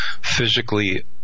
physically